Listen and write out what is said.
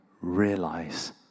realize